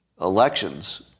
Elections